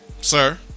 sir